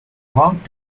won’t